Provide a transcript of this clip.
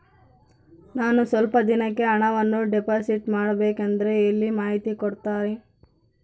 ನಾನು ಸ್ವಲ್ಪ ದಿನಕ್ಕೆ ಹಣವನ್ನು ಡಿಪಾಸಿಟ್ ಮಾಡಬೇಕಂದ್ರೆ ಎಲ್ಲಿ ಮಾಹಿತಿ ಕೊಡ್ತಾರೆ?